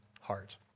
heart